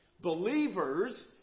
Believers